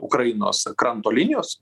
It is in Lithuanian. ukrainos kranto linijos